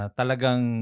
talagang